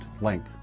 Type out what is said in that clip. link